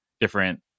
different